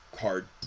hard